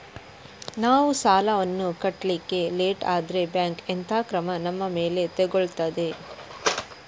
ನಾವು ಸಾಲ ವನ್ನು ಕಟ್ಲಿಕ್ಕೆ ಲೇಟ್ ಆದ್ರೆ ಬ್ಯಾಂಕ್ ಎಂತ ಕ್ರಮ ನಮ್ಮ ಮೇಲೆ ತೆಗೊಳ್ತಾದೆ?